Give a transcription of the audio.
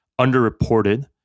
underreported